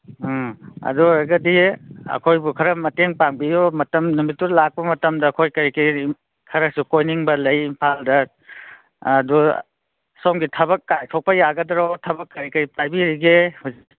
ꯎꯝ ꯑꯗꯨ ꯑꯣꯏꯔꯒꯗꯤ ꯑꯩꯈꯣꯏꯕꯨ ꯈꯔ ꯃꯇꯦꯡ ꯄꯥꯡꯕꯤꯎ ꯃꯇꯝ ꯅꯨꯃꯤꯠꯇꯨꯗ ꯂꯥꯛꯄ ꯃꯇꯝꯗ ꯑꯩꯈꯣꯏ ꯀꯔꯤ ꯀꯔꯤ ꯈꯔꯁꯨ ꯀꯣꯏꯅꯤꯡꯕ ꯂꯩ ꯏꯝꯐꯥꯜꯗ ꯑꯗꯨ ꯁꯣꯝꯒꯤ ꯊꯕꯛ ꯀꯥꯏꯊꯣꯛꯄ ꯌꯥꯒꯗ꯭ꯔꯣ ꯊꯕꯛ ꯀꯔꯤ ꯀꯔꯤ ꯄꯥꯏꯕꯤꯔꯤꯒꯦ ꯍꯧꯖꯤꯛ